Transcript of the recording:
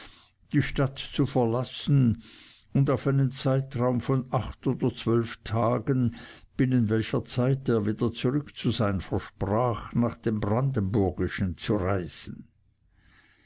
die stadt zu verlassen und auf einen zeitraum von acht oder zwölf tagen binnen welcher zeit er wieder zurück zu sein versprach nach dem brandenburgischen zu reisen